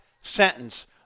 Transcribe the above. sentence